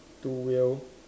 two wheel